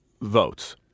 votes